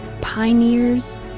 pioneers